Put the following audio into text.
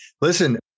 Listen